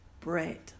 bread